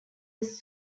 was